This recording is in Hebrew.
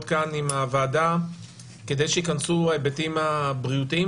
כאן עם הוועדה כדי שייכנסו גם ההיבטים הבריאותיים